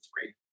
three